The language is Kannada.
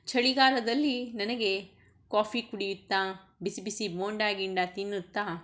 ಚಳಿಗಾಲದಲ್ಲಿ ನನಗೆ ಕಾಫಿ ಕುಡಿಯುತ್ತಾ ಬಿಸಿ ಬಿಸಿ ಬೋಂಡಾ ಗೀಂಡಾ ತಿನ್ನುತ್ತಾ